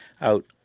out